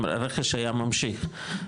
הרכש היה ממשיך.